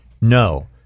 no